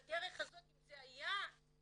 ובדרך הזאת אם זה היה נפתר